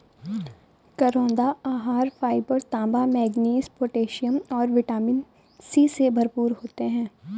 करौंदा आहार फाइबर, तांबा, मैंगनीज, पोटेशियम और विटामिन सी से भरपूर होते हैं